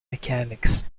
mechanics